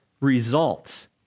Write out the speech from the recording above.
results